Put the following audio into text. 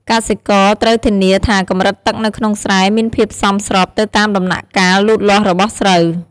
កសិករត្រូវធានាថាកម្រិតទឹកនៅក្នុងស្រែមានភាពសមស្របទៅតាមដំណាក់កាលលូតលាស់របស់ស្រូវ។